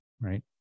right